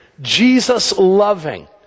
Jesus-loving